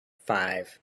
five